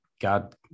God